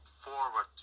forward